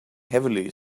heavily